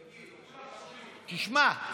תשמע.